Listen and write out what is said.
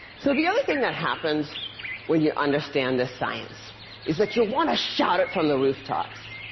so the other thing that happens when you understand this science is that you want to shout it from the rooftops,